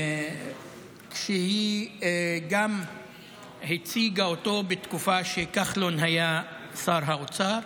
היא גם הציגה אותו בתקופה שכחלון היה שר האוצר,